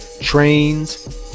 Trains